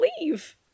leave